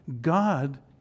God